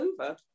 over